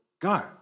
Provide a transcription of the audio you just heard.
go